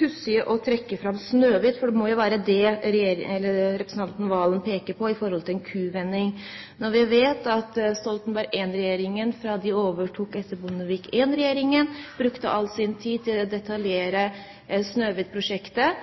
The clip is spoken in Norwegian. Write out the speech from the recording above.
pussig å trekke fram Snøhvit, for det må jo være det representanten Serigstad Valen peker på med tanke på en kuvending, når vi vet at Stoltenberg I-regjeringen, da den overtok etter Bondevik I-regjeringen, brukte all sin tid til å detaljere Snøhvit-prosjektet –